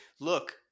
look